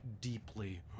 deeply